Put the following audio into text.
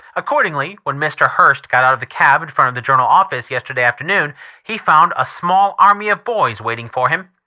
accordingly, when mr. hearst got out of a cab in front of the journal office yesterday afternoon he found a small army of boys waiting for him.